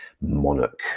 monarch